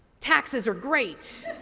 taxes are great,